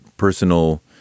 personal